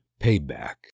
Payback